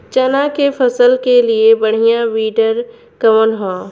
चना के फसल के लिए बढ़ियां विडर कवन ह?